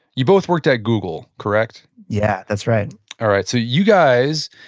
you both worked at google, correct? yeah, that's right all right, so you guys,